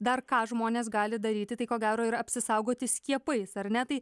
dar ką žmonės gali daryti tai ko gero ir apsisaugoti skiepais ar ne tai